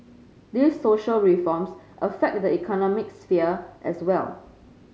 these social reforms affect the economic sphere as well